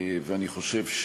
ואני חושב,